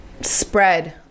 spread